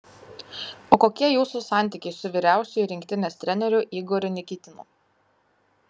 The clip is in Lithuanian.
o kokie jūsų santykiai su vyriausiuoju rinktinės treneriu igoriu nikitinu